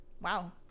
Wow